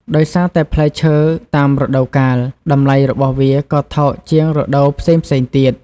ដោយសារតែជាផ្លែឈើតាមរដូវកាល តម្លៃរបស់វាក៏ថោកជាងរដូវផ្សេងៗទៀត។